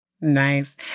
Nice